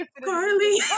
Carly